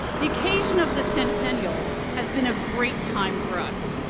the occasion of the centennial has been a great time for us.